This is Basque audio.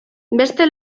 beste